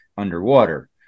underwater